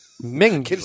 Ming